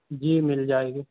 جی مل جائے گی